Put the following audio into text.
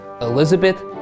Elizabeth